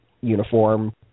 uniform